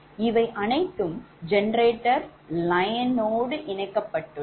இவை அனைத்தும் transmission line to இணைக்கப்பட்டுள்ளது